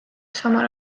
samal